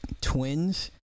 twins